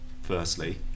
firstly